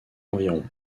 environ